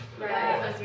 Right